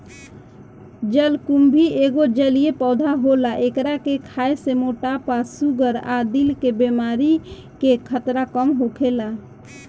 जलकुम्भी एगो जलीय पौधा होला एकरा के खाए से मोटापा, शुगर आ दिल के बेमारी के खतरा कम होखेला